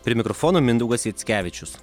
prie mikrofono mindaugas jackevičius